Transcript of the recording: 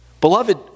Beloved